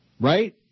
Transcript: Right